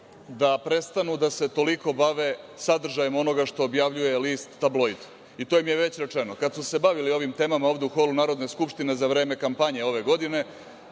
da prestanu da se toliko bave sadržajem onoga što objavljuje list „Tabloid“ i to im je već rečeno kada su se bavili ovim temama ovde u holu Narodne skupštine za vreme kampanje ove godine.